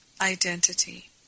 identity